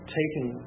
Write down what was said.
taking